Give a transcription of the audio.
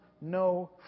no